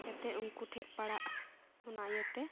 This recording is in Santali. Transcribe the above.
ᱡᱟᱛᱮ ᱩᱱᱠᱩ ᱴᱷᱮᱱ ᱯᱟᱲᱟᱜ ᱚᱱᱟ ᱤᱭᱟᱹᱛᱮ